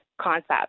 concept